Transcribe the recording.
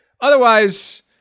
Otherwise